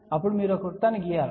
ఇప్పుడు మీరు ఒక వృత్తాన్ని గీయండి